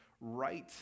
right